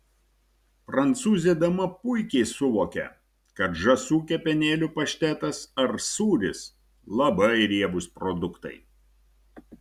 prancūzė dama puikiai suvokia kad žąsų kepenėlių paštetas ar sūris labai riebūs produktai